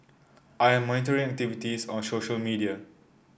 I am monitoring activities on social media